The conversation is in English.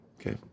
Okay